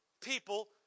people